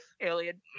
Alien